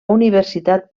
universitat